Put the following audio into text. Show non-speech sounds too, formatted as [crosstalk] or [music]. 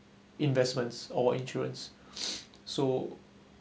investments or insurance [breath] so